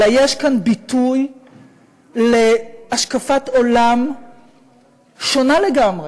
אלא יש כאן ביטוי להשקפות עולם שונות לגמרי.